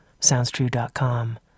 SoundsTrue.com